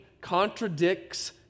contradicts